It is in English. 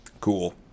Cool